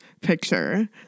picture